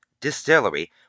Distillery